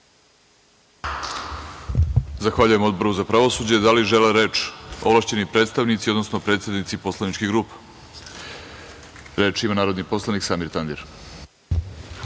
Zahvaljujem Odboru za pravosuđe. Da li žele reč ovlašćeni predstavnici, odnosno predsednici poslaničkih grupa? Reč ima narodni poslanik Samir Tandir.